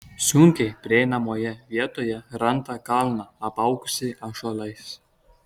sunkiai prieinamoje vietoje randa kalną apaugusį ąžuolais